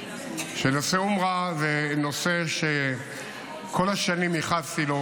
שנושא אונר"א הוא נושא שכל השנים ייחסתי לו,